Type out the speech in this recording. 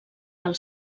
del